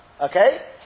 Okay